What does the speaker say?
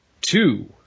two